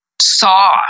saw